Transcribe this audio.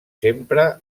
sempre